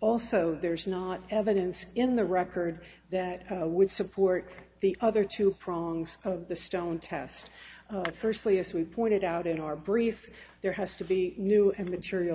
also there's not evidence in the record that would support the other two prongs of the stone test firstly as we pointed out in our brief there has to be new and material